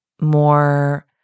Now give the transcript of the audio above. more